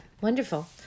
wonderful